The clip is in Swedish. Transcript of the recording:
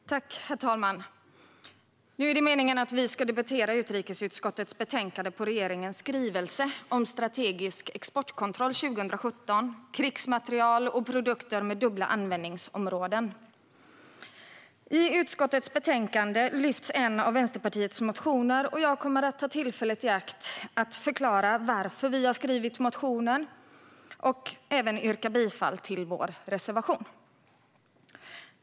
Strategisk export-kontroll 2017 - krigsmateriel och produkter med dubbla användningsområden Herr talman! Nu är det meningen att vi ska debattera utrikesutskottets betänkande om regeringens skrivelse Strategisk exportkontroll 2017 - krigsmateriel och produkter med dubbla användningsområden . I utskottets betänkande lyfts en av Vänsterpartiets motioner upp, och jag kommer att ta tillfället i akt att förklara varför vi har skrivit motionen och även yrka bifall till vår reservation.